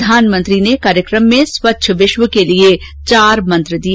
प्रधानमंत्री ने कार्यकम में स्वच्छ विश्व के लिए चार मंत्र दिए